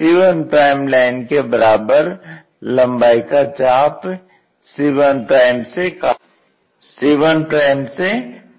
ओर cc1 line के बराबर लम्बाई का चाप c1 से